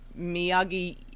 Miyagi